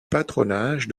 patronage